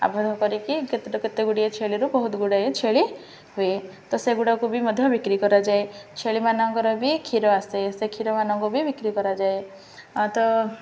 ଆବଦ୍ଧ କରିକି କେତେ କେତେ ଗୁଡ଼ିଏ ଛେଳିରୁ ବହୁତ ଗୁଡ଼ାଏ ଛେଳି ହୁଏ ତ ସେଗୁଡ଼ାକୁ ବି ମଧ୍ୟ ବିକ୍ରି କରାଯାଏ ଛେଳିମାନଙ୍କର ବି କ୍ଷୀର ଆସେ ସେ କ୍ଷୀର ମାନଙ୍କୁ ବି ବିକ୍ରି କରାଯାଏ ତ